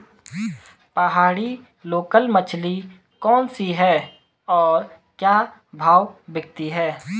पहाड़ी लोकल मछली कौन सी है और क्या भाव बिकती है?